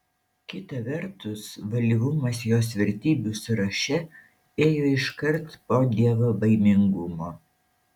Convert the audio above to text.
kita vertus valyvumas jos vertybių sąraše ėjo iškart po dievobaimingumo